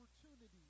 opportunity